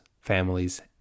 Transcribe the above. families